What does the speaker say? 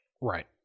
Right